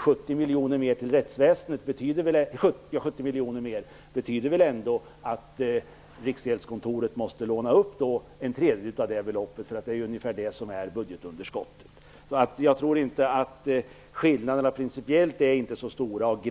70 miljoner mer till rättsväsendet betyder väl ändå att Riksgäldskontoret måste låna upp en tredjedel av det beloppet - det är ungefär så stor andel som representeras av budgetunderskottet. De principiella skillnaderna är alltså inte så stora, och